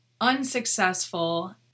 unsuccessful